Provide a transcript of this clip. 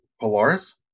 Polaris